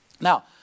Now